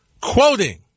Quoting